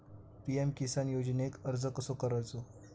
PM Kisan योजनेक अर्ज कसो करायचो?